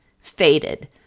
faded